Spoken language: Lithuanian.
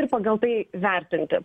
ir pagal tai vertinti